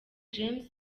james